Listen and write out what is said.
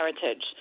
heritage